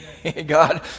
God